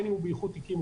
גם על ידי רשות המסים,